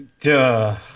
Duh